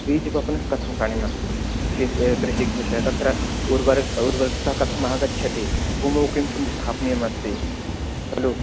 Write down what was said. बीजवपनं कथं करणीयमस्ति कृषिक्षेत्र तत्र उर्वरु उर्वरुकता कथम् आगच्छति भूमौ किं किं स्थापनीयमस्ति खलु